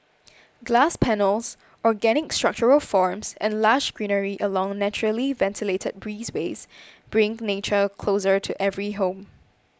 glass panels organic structural forms and lush greenery along naturally ventilated breezeways bring nature closer to every home